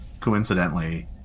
coincidentally